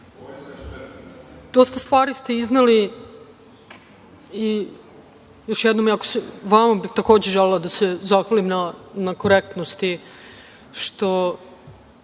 vam. Dosta stvari ste izneli i još jednom vama bih takođe želela da se zahvalim na korektnosti što